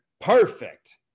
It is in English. Perfect